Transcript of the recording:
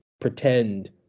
pretend